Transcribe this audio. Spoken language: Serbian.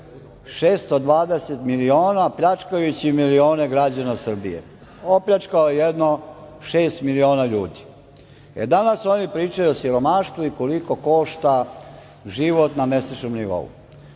620 miliona evra pljačkajući milione građana Srbije opljačkao je jedno šest miliona ljudi. E, danas oni pričaju o siromaštvu i koliko košta život na mesečnom nivou?